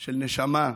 נשמה,